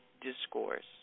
discourse